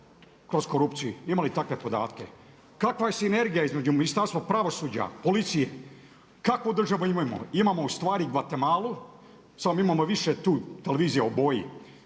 kroz korupciju? Ima li takve podatke? Kakva je sinergija između Ministarstva pravosuđa, policije? Kakvu državu imamo? Imamo ustvari Guatemalu samo imamo više tu televizija u boji.